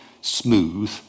smooth